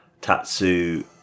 Tatsu